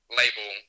label